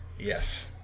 Yes